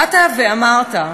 באת ואמרת: